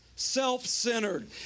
Self-centered